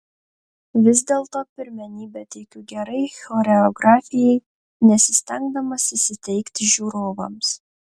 vis dėlto pirmenybę teikiu gerai choreografijai nesistengdamas įsiteikti žiūrovams